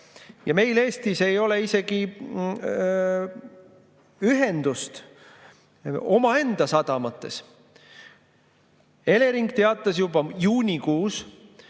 Ja meil Eestis ei ole isegi ühendust omaenda sadamates. Elering teatas juba juunikuus